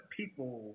people